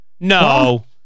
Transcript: No